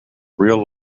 real